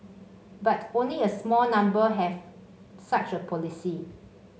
but only a small number have such a policy